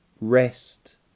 rest